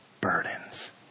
burdens